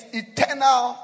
eternal